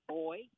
boy